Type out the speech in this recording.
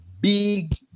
big